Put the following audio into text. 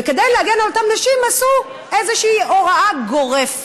וכדי להגן על אותן נשים, עשו איזושהי הוראה גורפת.